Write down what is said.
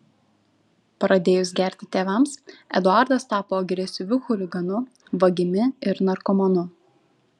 pradėjus gerti tėvams eduardas tapo agresyviu chuliganu vagimi ir narkomanu